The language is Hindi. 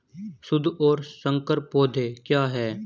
शुद्ध और संकर पौधे क्या हैं?